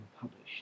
published